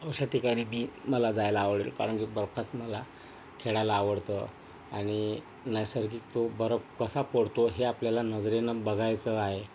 अशा ठिकाणी मी मला जायला आवडेल कारण की बर्फात मला खेळायला आवडतं आणि नैसर्गिक तो बर्फ कसा पडतो हे आपल्याला नजरेनं बघायचं आहे